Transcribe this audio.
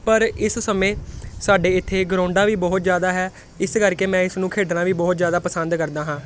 ਪਰ ਇਸ ਸਮੇਂ ਸਾਡੇ ਇੱਥੇ ਗਰਾਊਂਡਾਂ ਵੀ ਬਹੁਤ ਜ਼ਿਆਦਾ ਹੈ ਇਸ ਕਰਕੇ ਮੈਂ ਇਸ ਨੂੰ ਖੇਡਣਾ ਵੀ ਬਹੁਤ ਜ਼ਿਆਦਾ ਪਸੰਦ ਕਰਦਾ ਹਾਂ